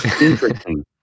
Interesting